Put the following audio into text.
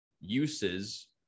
uses